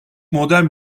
modern